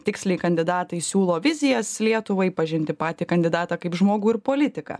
tiksliai kandidatai siūlo vizijas lietuvai pažinti patį kandidatą kaip žmogų ir politiką